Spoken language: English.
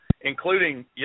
including